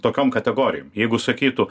tokiom kategorijom jeigu sakytų